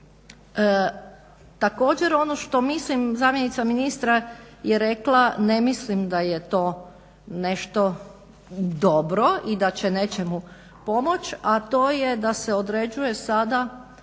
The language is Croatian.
Također ono što mislim, zamjenica ministra je rekla, ne mislim da je to nešto dobro i da će nečemu pomoći, a to je da se određuje sada